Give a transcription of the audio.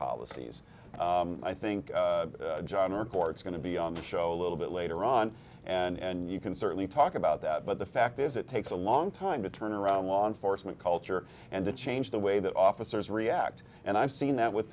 policies i think john records going to be on the show a little bit later on and and you can certainly talk about that but the fact is it takes a long time to turn around law enforcement culture and to change the way that officers react and i've seen that with